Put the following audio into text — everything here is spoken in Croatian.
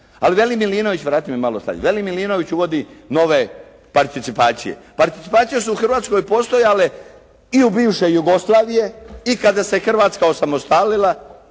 u zdravstvenom sustavu. Ali veli Milinović uvodi nove participacije. Participacije su u Hrvatskoj postojale i u bivšoj Jugoslaviji i kada se Hrvatska osamostalila,